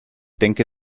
denke